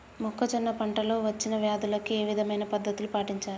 మొక్కజొన్న పంట లో వచ్చిన వ్యాధులకి ఏ విధమైన పద్ధతులు పాటించాలి?